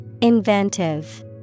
Inventive